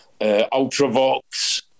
Ultravox